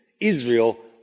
Israel